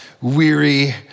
weary